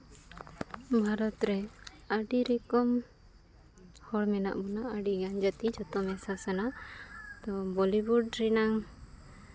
ᱵᱷᱟᱨᱚᱛ ᱨᱮ ᱟᱹᱰᱤ ᱨᱚᱠᱚᱢ ᱦᱚᱲ ᱢᱮᱱᱟᱜ ᱵᱚᱱᱟ ᱟᱹᱰᱤᱜᱟᱱ ᱡᱟᱹᱛᱤ ᱡᱚᱛᱚ ᱢᱮᱥᱟ ᱥᱟᱱᱟᱢ ᱛᱳ ᱵᱚᱞᱤᱭᱩᱰ ᱨᱮᱱᱟᱝ